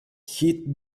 hid